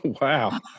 Wow